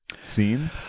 scene